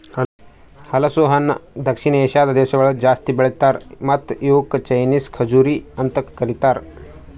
ಹಲಸು ಹಣ್ಣ ದಕ್ಷಿಣ ಏಷ್ಯಾದ್ ದೇಶಗೊಳ್ದಾಗ್ ಜಾಸ್ತಿ ಬೆಳಿತಾರ್ ಮತ್ತ ಇವುಕ್ ಚೈನೀಸ್ ಖಜುರಿ ಅಂತ್ ಕರಿತಾರ್